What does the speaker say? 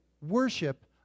worship